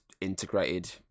integrated